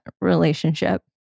relationship